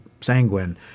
sanguine